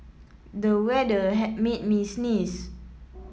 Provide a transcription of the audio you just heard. the weather had made me sneeze